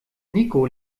niko